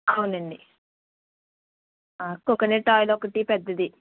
అవునండి coconut oil ఒకటి పెద్దది